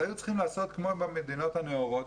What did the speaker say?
היו צריכים לעשות כמו במדינות הנאורות.